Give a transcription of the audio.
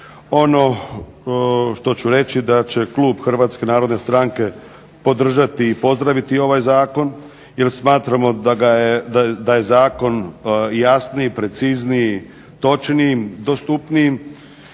Ono što ću reći, da će klub HNS-a podržati i pozdraviti ovaj zakon jer smatramo da je zakon jasniji, precizniji, točniji, dostupniji.